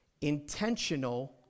intentional